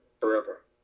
forever